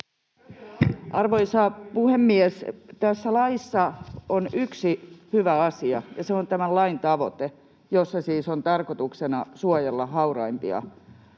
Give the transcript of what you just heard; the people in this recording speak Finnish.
Arvoisa puhemies! Tässä laissa on yksi hyvä asia, ja se on tämän lain tavoite: siinä siis on tarkoituksena suojella hauraimpia